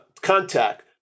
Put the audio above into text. contact